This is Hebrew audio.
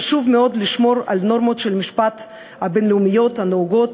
חשוב מאוד לשמור על הנורמות של משפט בין-לאומי הנהוגות,